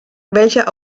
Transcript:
welcher